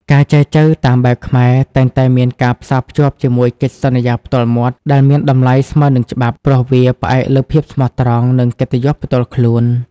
ការចែចូវតាមបែបខ្មែរ តែងតែមានការផ្សារភ្ជាប់ជាមួយ "កិច្ចសន្យាផ្ទាល់មាត់" ដែលមានតម្លៃស្មើនឹងច្បាប់ ព្រោះវាផ្អែកលើភាពស្មោះត្រង់ និងកិត្តិយសផ្ទាល់ខ្លួន។